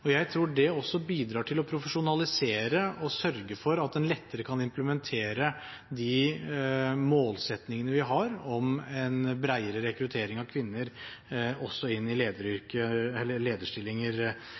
Jeg tror det også bidrar til å profesjonalisere og sørge for at en lettere kan implementere de målsettingene vi har om en bredere rekruttering av kvinner inn i